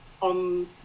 on